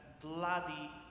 bloody